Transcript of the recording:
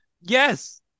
Yes